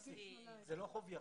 זה מגיל 18. זה לא חוב יחסי.